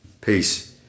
Peace